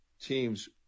teams